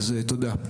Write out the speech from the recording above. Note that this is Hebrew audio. תודה.